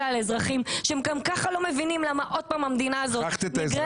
על אזרחים שהם גם כך לא מבינים למה עוד פעם המדינה הזאת נגררת